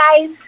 guys